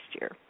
year